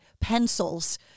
pencils